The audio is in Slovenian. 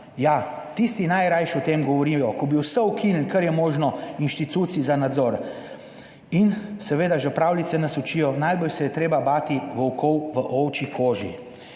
Ja, tisti najraje o tem govorijo. Ki bi vse ukinili, kar je možno, inštitucije za nadzor, seveda, že pravljice nas učijo, najbolj se je treba bati volkov v ovčji koži.